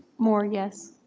moore, yes.